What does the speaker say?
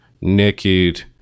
Naked